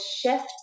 shift